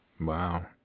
Wow